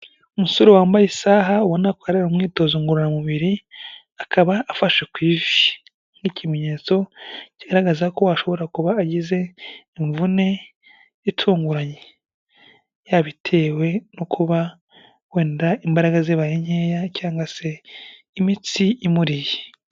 Umusore wambaye isaha ubona ko akora umwitozo ngororamubiri, akaba afashe kw'ivi nk'ikimenyetso kigaragaza ko ashobora kuba agize imvune itunguranye, yabitewe no kuba wenda imbaraga zibaye nkeya cyangwa se imitsi imuriye.